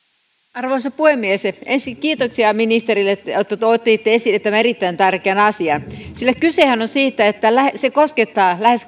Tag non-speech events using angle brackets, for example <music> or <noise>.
arvoisa puhemies ensin kiitoksia ministerille että otitte esille tämän erittäin tärkeän asian sillä kysehän on siitä että se koskettaa lähes <unintelligible>